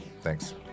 Thanks